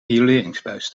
rioleringsbuis